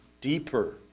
deeper